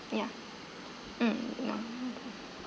ya mm no